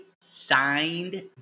signed